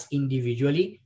individually